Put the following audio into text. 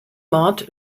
mord